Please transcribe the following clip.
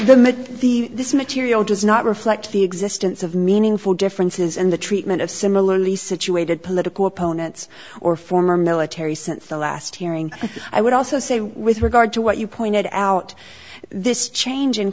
the this material does not reflect the existence of meaningful differences in the treatment of similarly situated political opponents or former military since the last hearing i would also say with regard to what you pointed out this change in